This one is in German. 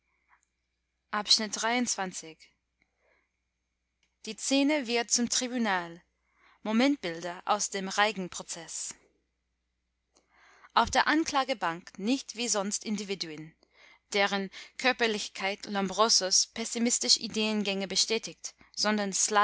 die szene wird zum tribunal momentbilder aus dem reigen prozeß auf der anklagebank nicht wie sonst individuen deren körperlichkeit lombrosos pessimistische ideengänge bestätigt sondern